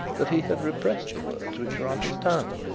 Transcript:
that he had repressed the words which were on his tongue,